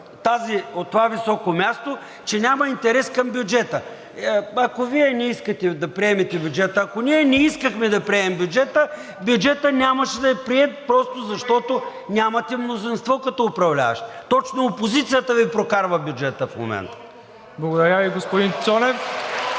от това високо място, че няма интерес към бюджета! Ако Вие не искате да приемете бюджета, ако ние не искахме да приемем бюджета, бюджетът нямаше да е приет просто защото нямате мнозинство като управляващи! Точно опозицията Ви прокарва бюджета в момента. (Ръкопляскания от